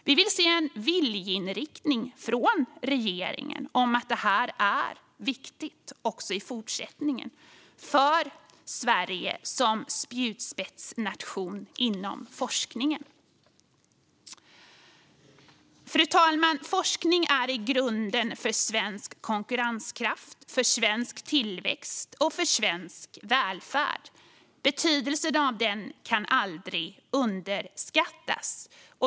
Vi vill se en viljeinriktning hos regeringen om att detta är viktigt också i fortsättningen för Sverige som spjutspetsnation inom forskningen. Fru talman! Forskning är grunden för svensk konkurrenskraft, svensk tillväxt och svensk välfärd. Betydelsen av den kan aldrig överskattas.